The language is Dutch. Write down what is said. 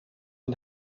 een